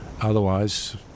Otherwise